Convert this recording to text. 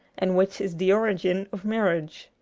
and which is the origin of marriage.